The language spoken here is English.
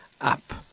up